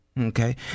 Okay